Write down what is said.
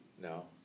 No